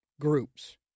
groups